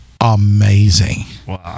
amazing